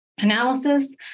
analysis